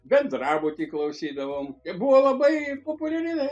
bendrabuty klausydavom tai buvo labai populiari